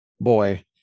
boy